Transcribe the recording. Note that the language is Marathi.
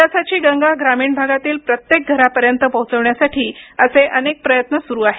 विकासाची गंगा ग्रामीण भागातील प्रत्येक घरापर्यंत पोहोचविण्यासाठी असे अनेक प्रयत्न सुरू आहेत